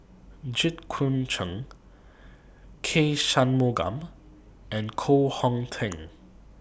Jit Koon Ch'ng K Shanmugam and Koh Hong Teng